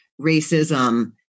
racism